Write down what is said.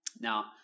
Now